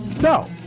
No